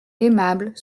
aimable